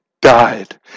died